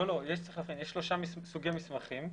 יש שלושה סוגי מסמכים.